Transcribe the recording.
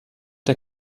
der